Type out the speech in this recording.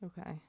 Okay